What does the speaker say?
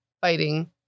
fighting